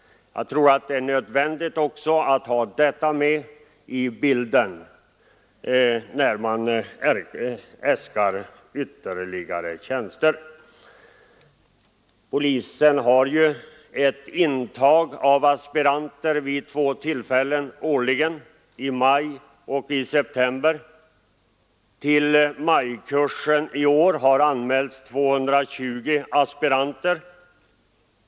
Jag tror att det är nödvändigt att ha detta med i bilden när man äskar ytterligare tjänster. Polisen har intagning av aspiranter vid två tillfällen varje år, i maj och i september. Till majkursen i år har antagits 220 aspiranter.